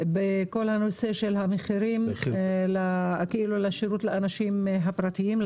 בכל הנושא של המחירים והשירות לאנשים הפרטיים,